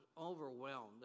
overwhelmed